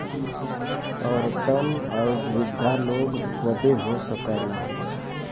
औरतन आउर वृद्धा लोग बदे हो सकला